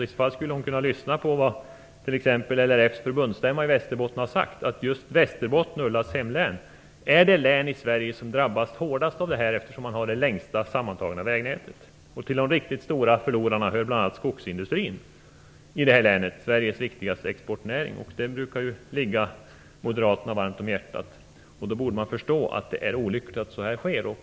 I så fall skulle hon kunna lyssna på vad t.ex. LRF:s förbundsstämma i Västerbotten har sagt, att just Västerbotten - Ulla Löfgrens hemlän - är det län i Sverige som drabbats hårdast eftersom man har det längsta sammantagna vägnätet. Till de riktigt stora förlorarna hör bl.a. skogsindustrin i det här länet, Sveriges viktigaste exportnäring. Den brukar ligga moderaterna varmt om hjärtat. Då borde man förstå att det är olyckligt att så här sker.